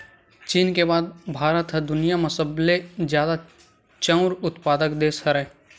चीन के बाद भारत ह दुनिया म सबले जादा चाँउर उत्पादक देस हरय